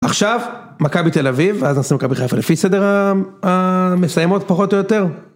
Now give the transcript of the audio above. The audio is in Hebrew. עכשיו מכבי תל אביב, ואז נעשה מכבי חיפה, לפי סדר המסיימות פחות או יותר.